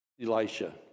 Elisha